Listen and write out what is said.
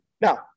Now